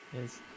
Yes